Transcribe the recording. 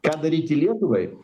ką daryti lietuvai